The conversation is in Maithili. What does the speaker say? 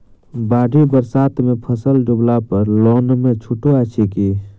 बाढ़ि बरसातमे फसल डुबला पर लोनमे छुटो अछि की